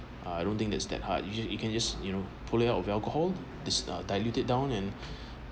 uh I don't think is that hard you just you can just you know pulling out the alcohol this uh diluted down and